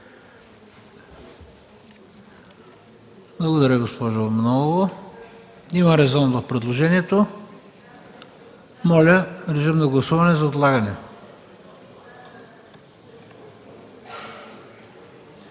Благодаря, госпожо Манолова. Има резон в предложението. Моля режим на гласуване за отлагане.